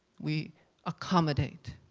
we accommodate.